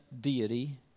deity